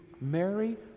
Mary